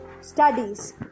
studies